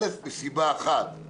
א', מסיבה של